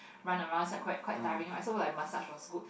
run around it's like quite quite tiring right so like massage was good